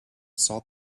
saw